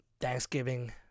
Thanksgiving